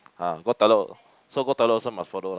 ah go toilet so go toilet also must follow lah